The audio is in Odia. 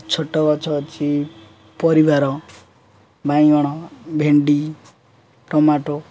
ଛୋଟ ଗଛ ଅଛି ପରିବାର ବାଇଗଣ ଭେଣ୍ଡି ଟମାଟୋ